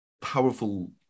powerful